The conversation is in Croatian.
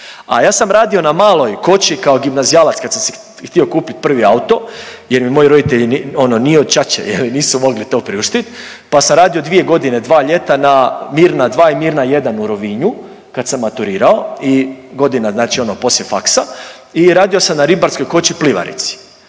A ja sam radio na maloj koči kao gimnazijalac kad sam si htio kupiti prvi auto, jer mi moji roditelji, ono nije od ćaće, nisu mogli to priuštit. Pa sam radio dvije godine, dva ljeta na Mirna 2 i Mirna 1 u Rovinju, kad sam maturirao i godina znači ono poslije faksa i radio sam na ribarskoj koči Plivarici.